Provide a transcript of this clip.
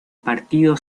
partido